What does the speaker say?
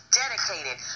dedicated